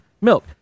milk